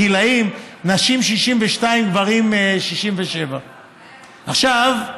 בגילים, נשים, 62, גברים, 67. הם,